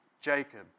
Jacob